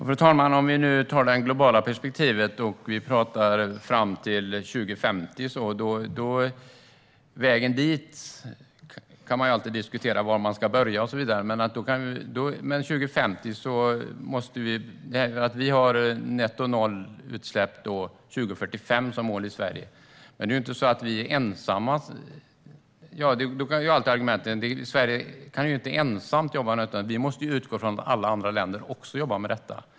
Fru talman! Om vi tar det globala perspektivet och talar om tiden fram till 2050 kan man alltid diskutera vägen dit och var man ska börja och så vidare. Vi har netto-noll-utsläpp som mål till 2045 i Sverige. Man kan ha som argument att Sverige inte ensamt kan jobba med detta, men vi måste utgå från att alla andra länder också jobbar med detta.